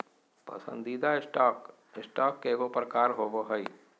पसंदीदा stock, stock के एगो प्रकार होबो हइ